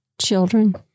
children